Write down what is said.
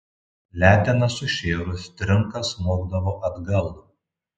letena sušėrus trinka smogdavo atgal